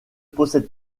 possède